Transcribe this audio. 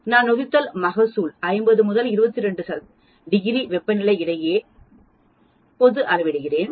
நான் நொதித்தல் மகசூல் 50 முதல் 20 ° வெப்பநிலை இடையே போது அள விடுகிறேன்